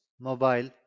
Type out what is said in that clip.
mobile